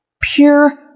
Pure